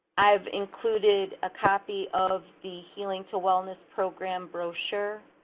i've included a copy of the healing to wellness program brochure.